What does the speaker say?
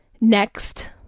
next